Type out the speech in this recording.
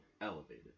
elevated